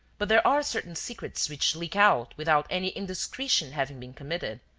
but there are certain secrets which leak out without any indiscretion having been committed,